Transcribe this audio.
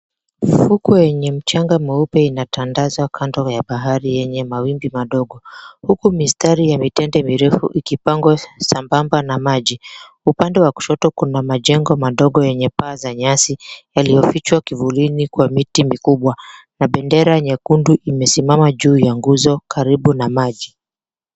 Ufukwe yenye mchanga mweupe unatandazwa kando ya bahari yenye mawimbi madogo. Huku mistari ya mitende mirefu ikipangwa sambamba na maji. Upande wa kushoto kuna majengo madogo yenye paa ya nyasi, yaliyofichwa kivulini na miti mikubwa na bendera nyekundu imesimama juu ya nguzo karibu na maji.